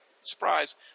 Surprise